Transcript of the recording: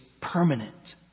permanent